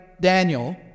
Daniel